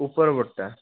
ଉପର ପଟଟା